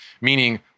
Meaning